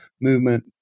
movement